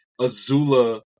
Azula